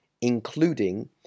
including